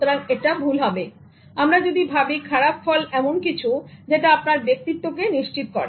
সুতরাং এটা ভুল হবেআমরা যদি ভাবি খারাপ ফল এমন কিছু যেটা আপনার ব্যক্তিত্বকে নিশ্চিত করে